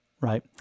right